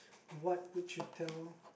what would you tell